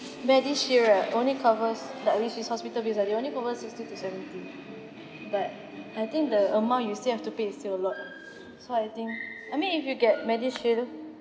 MediShield right only covers like which is hospital bills ah they only covers sixty to seventy but I think the amount you still have to pay is still a lot ah so I think I mean if you get MediShield